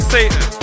Satan